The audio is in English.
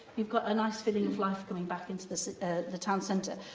you've got a nice feeling of life coming back into the so the town centre.